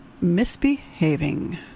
Misbehaving